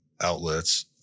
Outlets